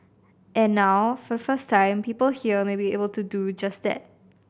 and now for the first time people here may be able to do just that